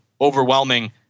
overwhelming